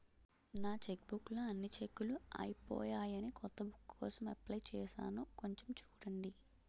నా చెక్బుక్ లో అన్ని చెక్కులూ అయిపోయాయని కొత్త బుక్ కోసం అప్లై చేసాను కొంచెం చూడండి